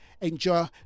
Enjoy